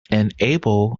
enabled